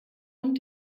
und